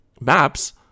maps